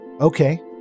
okay